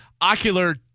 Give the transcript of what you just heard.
ocular